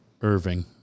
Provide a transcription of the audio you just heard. Irving